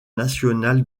national